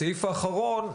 הסעיף האחרון,